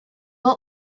what